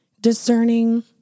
discerning